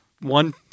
One